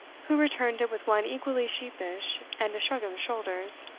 who returned it with one equally sheepish, and a shrug of the shoulders.